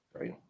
Right